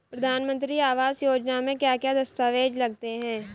प्रधानमंत्री आवास योजना में क्या क्या दस्तावेज लगते हैं?